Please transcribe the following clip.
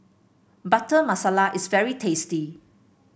Butter Masala is very tasty